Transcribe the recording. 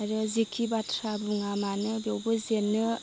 आरो जेखि बाथ्रा बुङा मानो बेवबो जेनो